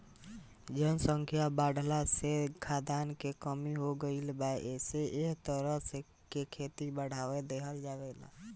जनसंख्या बाढ़ला से खाद्यान के कमी हो गईल बा एसे एह तरह के खेती के बढ़ावा देहल जाता